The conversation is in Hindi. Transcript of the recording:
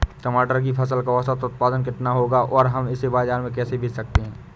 टमाटर की फसल का औसत उत्पादन कितना होगा और हम इसे बाजार में कैसे बेच सकते हैं?